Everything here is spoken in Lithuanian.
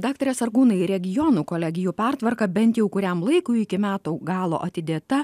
daktare sargūnai regionų kolegijų pertvarka bent jau kuriam laikui iki metų galo atidėta